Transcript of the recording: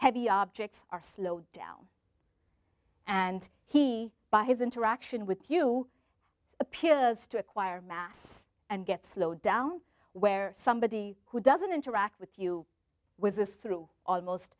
heavy objects are slowed down and he by his interaction with you appears to acquire mass and get slowed down where somebody who doesn't interact with you with this through almost